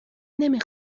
نمی